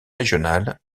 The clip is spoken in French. régional